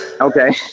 Okay